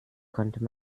konnte